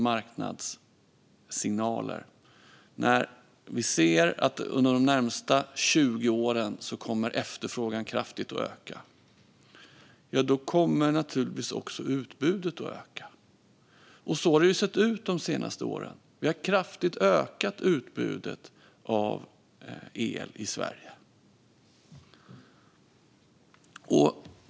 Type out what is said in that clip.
Under de närmaste 20 åren kommer efterfrågan att öka kraftigt. I en ekonomi med marknadssignaler kommer då naturligtvis även utbudet att öka. Så har det också sett ut de senaste åren. Vi har kraftigt ökat utbudet av el i Sverige.